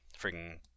Freaking